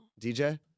DJ